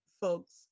folks